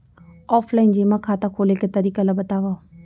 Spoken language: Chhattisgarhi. ऑफलाइन जेमा खाता खोले के तरीका ल बतावव?